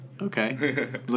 Okay